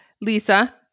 lisa